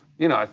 you know,